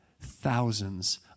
thousands